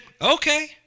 okay